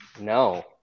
No